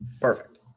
Perfect